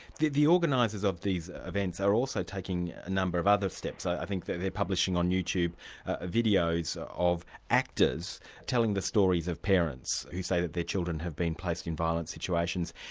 the the organisers of these events are also taking a number of other steps. i think they're publishing on youtube ah videos of actors telling the stories of parents who say that their children have been placed in violent situations,